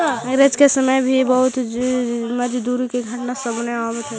अंग्रेज के समय में भी बंधुआ मजदूरी के घटना सामने आवऽ हलइ